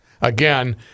Again